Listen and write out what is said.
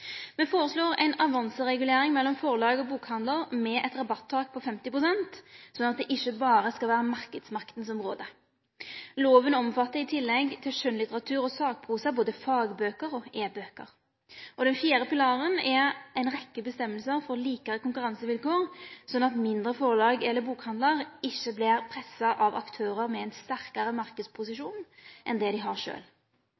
Me føreslår ein avanseregulering mellom forlag og bokhandlar med eit rabattak på 50 pst., sånn at det ikkje berre er marknadsmaktene som rår. Loven omfattar i tillegg til skjønnlitteratur og sakprosa både fagbøker og e-bøker. Den fjerde pilaren er ein rekkje avgjerder om meir eins konkurransevilkår, sånn at mindre forlag eller bokhandlarar ikkje vert pressa av aktørar med ein sterkare